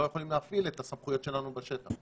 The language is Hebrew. יכולים להפעיל את הסמכויות שלנו בשטח.